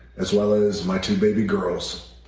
as well as my two baby girls,